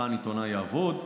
היכן עיתונאי יעבוד,